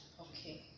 Okay